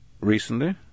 recently